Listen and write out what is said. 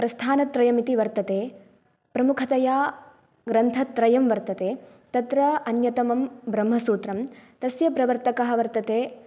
प्रस्थानत्रयम् इति वर्तते प्रमुखतया ग्रन्थत्रयं वर्तते तत्र अन्यतमं ब्रह्मसूत्रं तस्य प्रवर्तकः वर्तते